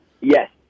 Yes